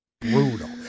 brutal